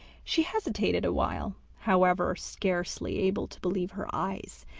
she hesitated a while, however, scarcely able to believe her eyes,